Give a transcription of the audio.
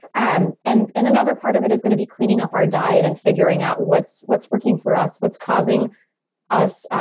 and and and another part of it is going to be cleaning up our diet and figuring out what's what's working for us, what's causing us.